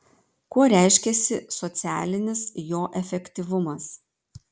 kuo reiškiasi socialinis jo efektyvumas